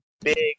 big